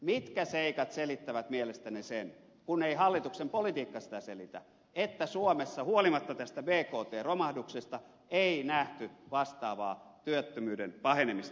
mitkä seikat selittävät mielestänne sen kun ei hallituksen politiikka sitä selitä että suomessa huolimatta tästä bktn romahduksesta ei nähty vastaavaa työttömyyden pahenemista